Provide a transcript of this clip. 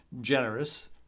generous